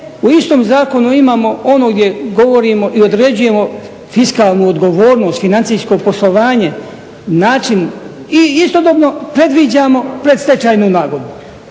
u istom zakonu imamo ono gdje govorimo i određujemo fiskalnu odgovornost, financijsko poslovanje, način i istodobno predviđamo predstečajnu nagodbu.